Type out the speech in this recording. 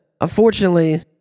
unfortunately